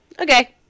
okay